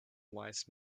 wise